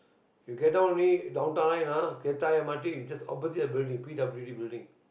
you get down only Downtown Line ah kreta-ayer m_r_t is just opposite the building p_w_b building